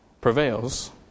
prevails